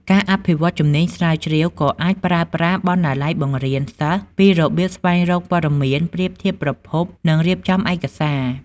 ការអភិវឌ្ឍជំនាញស្រាវជ្រាវក៏អាចប្រើប្រាស់បណ្ណាល័យបង្រៀនសិស្សពីរបៀបស្វែងរកព័ត៌មាន ប្រៀបធៀបប្រភព និងរៀបចំឯកសារ។